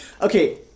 Okay